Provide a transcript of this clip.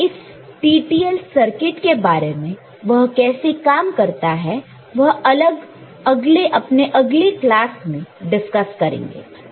हम इस TTL circuit के बारे में वह कैसे काम करता है वह अगले क्लास में डिस्कस करेंगे